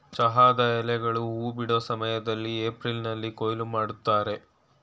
ಚಹಾದ ಎಲೆಗಳು ಹೂ ಬಿಡೋ ಸಮಯ್ದಲ್ಲಿ ಏಪ್ರಿಲ್ನಲ್ಲಿ ಕೊಯ್ಲು ಮಾಡ್ತರೆ